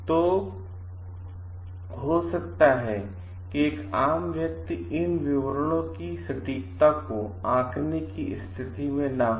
तो हो सकता है कि एक आम व्यक्ति इन विवरणों की सटीकता को आंकने की स्थिति में न हो